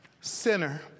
sinner